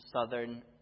southern